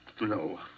No